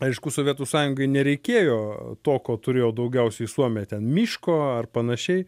aišku sovietų sąjungai nereikėjo to ko turėjo daugiausiai suomija ten miško ar panašiai